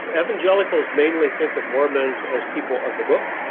evangelicals mainly think of mormons as people of the book,